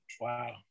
Wow